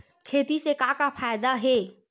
खेती से का का फ़ायदा हे?